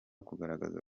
kugaragaza